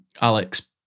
Alex